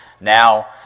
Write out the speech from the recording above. Now